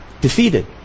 Defeated